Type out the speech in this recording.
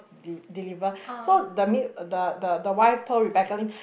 de~ deliver so the mid the the wife told Rebecca-Lim